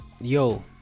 yo